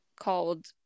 called